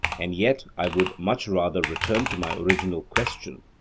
and yet i would much rather return to my original question,